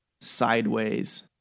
sideways